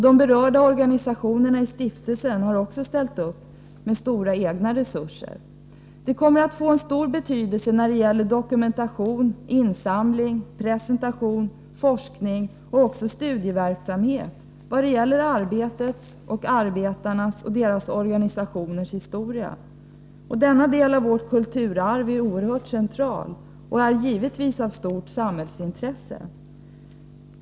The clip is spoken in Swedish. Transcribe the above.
De berörda organisationerna i stiftelsen har också ställt upp med betydande egna resurser. Museet kommer att få stor betydelse när det gäller dokumentation, insamling, presentation, forskning och studieverksamhet i vad gäller arbetets, arbetarnas och arbetarorganisationernas historia. Denna del av vårt kulturarv är oerhört central och givetvis av stort samhällsintresse.